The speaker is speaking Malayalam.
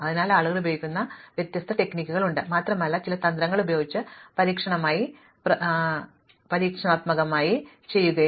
അതിനാൽ ആളുകൾ ഉപയോഗിക്കുന്ന വ്യത്യസ്ത തന്ത്രങ്ങൾ ഉണ്ട് മാത്രമല്ല ചില തന്ത്രങ്ങൾ ഉപയോഗിച്ച് പരീക്ഷണാത്മകമായി നിരയും